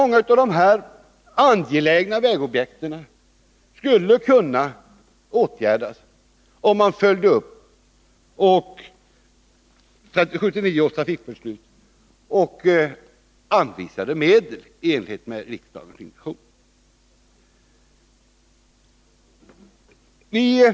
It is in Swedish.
Många av dessa angelägna vägobjekt skulle kunna åtgärdas, om man följde upp 1979 års trafikbeslut och anvisade medel i enlighet med riksdagens intentioner.